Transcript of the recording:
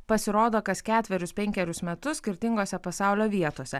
pasirodo kas ketverius penkerius metus skirtingose pasaulio vietose